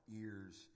ears